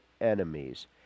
enemies